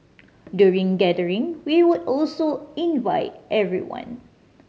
during gathering we would also invite everyone